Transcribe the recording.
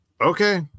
Okay